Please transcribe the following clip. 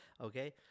okay